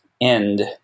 end